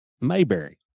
Mayberry